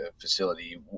facility